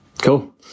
Cool